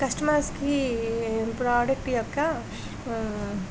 కస్టమర్స్కి ప్రోడక్ట్ యొక్క